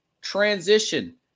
Transition